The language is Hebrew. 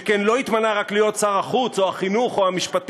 שכן לא התמנה רק להיות שר החוץ או החינוך או המשפטים,